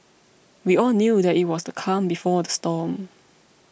we all knew that it was the calm before the storm